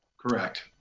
Correct